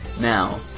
Now